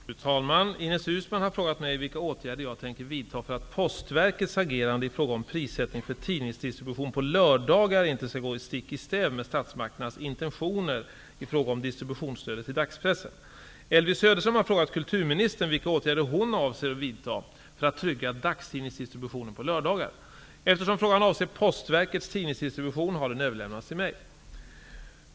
Fru talman! Ines Uusmann har frågat mig vilka åtgärder jag tänker vidta för att Postverkets agerande i fråga om prissättning för tidningsdistribution på lördagar inte skall gå stick i stäv med statsmakternas intentioner i fråga om distributionsstödet till dagspressen. Elvy Söderström har frågat kulturministern vilka åtgärder hon avser att vidta för att trygga dagstidningsdistributionen på lördagar. Eftersom frågan avser Postverkets tidningsdistribution har den överlämnats till mig.